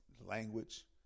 language